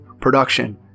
production